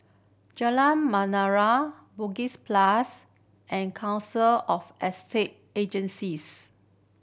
Jalan Menarong Bugis Plus and Council of Estate Agencies